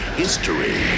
history